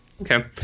Okay